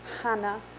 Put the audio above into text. Hannah